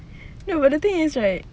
no but the thing is right